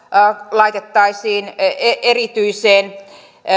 laitettaisiin erityiseen